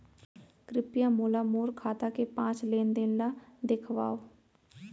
कृपया मोला मोर खाता के पाँच लेन देन ला देखवाव